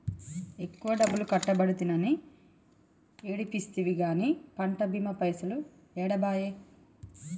ఎక్కువ డబ్బులు కట్టబడితినని ఏడిస్తివి గాని పంట బీమా పైసలు ఏడబాయే